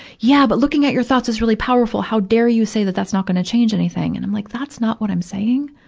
yeah, but like looking at your thoughts as really powerful, how dare you say that that's not gonna change anything. and i'm like, that's not what i'm saying.